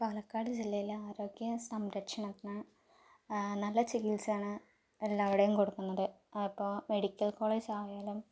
പാലക്കാട് ജില്ലയിലെ ആരോഗ്യ സംരക്ഷണത്തിന് നല്ല ചികിത്സയാണ് എല്ലാവടെയും കൊടുക്കുന്നത് അപ്പോൾ മെഡിക്കൽ കോളേജായാലും